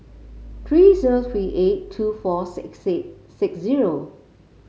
three zero three eight two four six six six zero